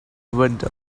window